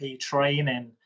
training